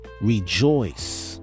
Rejoice